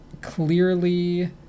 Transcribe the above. clearly